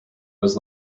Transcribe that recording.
was